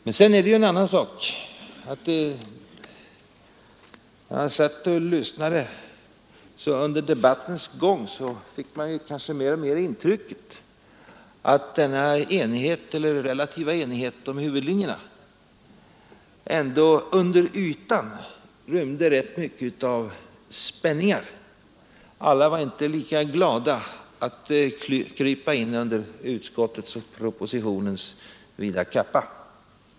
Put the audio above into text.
Men under debattens gång — jag lyssnade exempelvis på herr Hallgren i förmiddags — fick man kanske mer och mer intrycket att denna relativa enighet om huvudlinjerna ändå under ytan rymde rätt mycket av spänningar. Alla var inte lika glada att krypa in under utskottets och propositionens vida kappa.